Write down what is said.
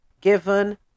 given